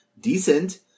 decent